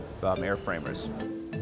airframers